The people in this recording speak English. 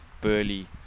burly